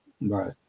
Right